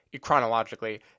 chronologically